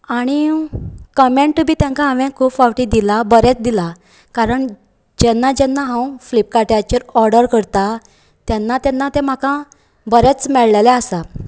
आनी कमेंट बीन तांका हांवें खूब फावटी दिला बरेंच दिला कारण जेन्ना जेन्ना हांव फ्लिपकार्टाचेर ऑर्डर करता तेन्ना तेन्ना तें म्हाका बरेंच मेळ्ळिल्लें आसा